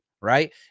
right